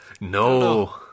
No